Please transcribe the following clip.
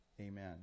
Amen